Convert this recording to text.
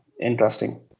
Interesting